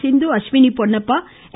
சிந்து Ashwini Ponnappa என்